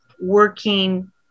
working